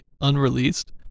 unreleased